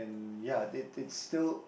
and ya they they still